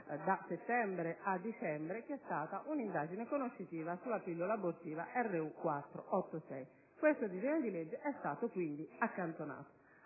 da settembre a dicembre, che è stata un'indagine conoscitiva sulla pillola abortiva RU-486. Questo disegno di legge è stato pertanto accantonato;